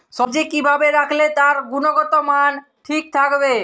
সবজি কি ভাবে রাখলে তার গুনগতমান ঠিক থাকবে?